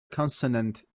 consonant